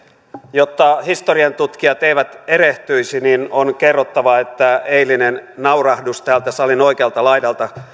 jotta historiantutkijat eivät erehtyisi on kerrottava että eilinen naurahdus täältä salin oikealta laidalta